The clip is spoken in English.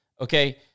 okay